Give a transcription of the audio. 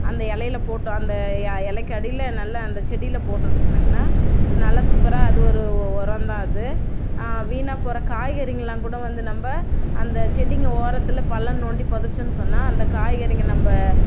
அந்த இலையில போட்டோம் அந்த எ இலைக்கு அடியில் நல்லா அந்த செடியில் போட்டோம்னு சொன்னேங்கன்னா நல்லா சூப்பராக அது ஒரு உரம் தான் அது வீணாப்போகிற காய்கறிங்கெல்லாம் கூட வந்து இந்த நம்ம அந்த செடிங்கள் ஓரத்தில் பள்ளம் தோண்டி புதச்சோம்னு சொன்னால் அந்த காய்கறிங்கள் நம்ம